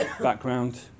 background